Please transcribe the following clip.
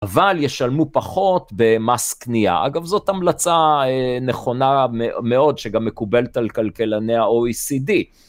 אבל ישלמו פחות במס קנייה. אגב, זאת המלצה נכונה מאוד, שגם מקובלת על כלכלני האו-אי-סי-די.